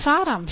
ಸಾರಾಂಶ